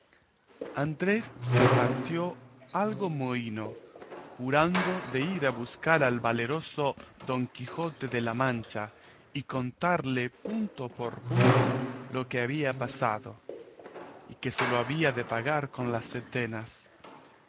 andrés se partió algo mohíno jurando de ir a buscar al valeroso don quijote de la mancha y contalle punto por punto lo que había pasado y que se lo había de pagar con las setenas